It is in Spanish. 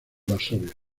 varsovia